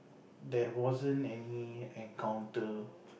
there wasn't any encounter